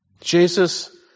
Jesus